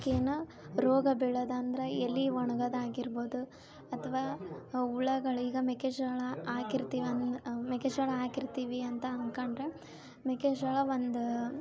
ಅವಕ್ಕೇನು ರೋಗ ಬಿಳೋದಂದ್ರ ಎಲೆ ಒಣ್ಗೋದಾಗಿರ್ಬೋದು ಅಥವಾ ಹುಳಗಳು ಈಗ ಮೆಕ್ಕೆಜೋಳ ಹಾಕಿರ್ತೀವಿ ಅನ್ ಮೆಕ್ಕೆಜೋಳ ಹಾಕಿರ್ತೀವಿ ಅಂತ ಅನ್ಕೊಂಡರೆ ಮೆಕ್ಕೆಜೋಳ ಒಂದು